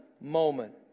moment